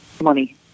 money